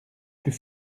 plus